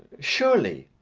surely.